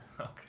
okay